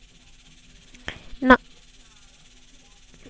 నాకు housing loan కావాలంటే ఎలా తీసుకోవాలి?